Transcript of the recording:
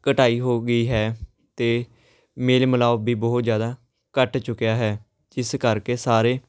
ਘਟਾਈ ਹੋ ਗਈ ਹੈ ਅਤੇ ਮੇਲ ਮਿਲਾਪ ਵੀ ਬਹੁਤ ਜ਼ਿਆਦਾ ਘੱਟ ਚੁੱਕਿਆ ਹੈ ਜਿਸ ਕਰਕੇ ਸਾਰੇ